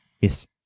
Yes